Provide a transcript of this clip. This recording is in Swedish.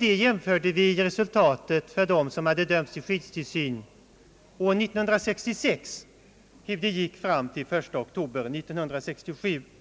Vi jämförde med hur det hade gått fram till den 1 oktober 1967 för dem som dömts till skyddstillsyn år 1966.